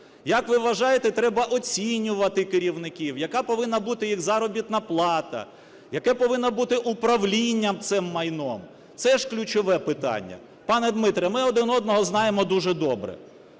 Як, ви вважаєте, треба оцінювати керівників? Яка повинна бути їх заробітна плата? Яке повинно бути управління цим майном? Це ж ключове питання. Пане Дмитре, ми один одного знаємо дуже добре,